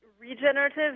Regenerative